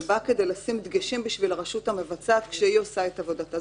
הוא בא כדי לשים דגשים בשביל הרשות המבצעת כשהיא עושה את עבודתה.